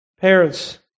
Parents